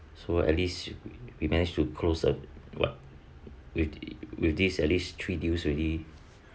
so at least we managed to close a what with with this at least three deals already